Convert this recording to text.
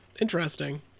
Interesting